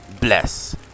bless